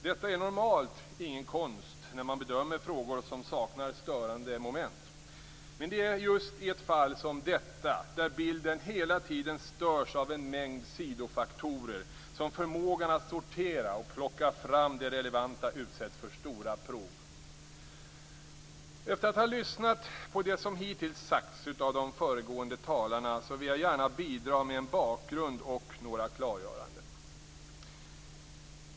Detta är normalt ingen konst när man bedömer frågor som saknar störande moment. Men det är just i ett fall som detta, där bilden hela tiden störs av en mängd sidofaktorer, som förmågan att sortera och plocka fram det relevanta utsätts för stora prov. Efter att ha lyssnat på det som hittills sagts av de föregående talarna vill jag gärna bidra med en bakgrund och några klargöranden.